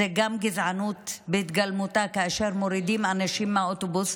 זו גם גזענות בהתגלמותה כאשר מורידים אנשים מהאוטובוס,